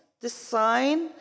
design